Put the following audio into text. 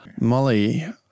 Molly